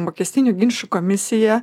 mokestinių ginčų komisija